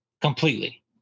completely